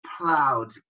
plowed